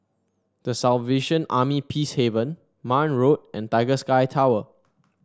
The Salvation Army Peacehaven Marne Road and Tiger Sky Tower